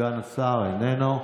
סגן השר, איננו.